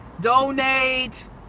donate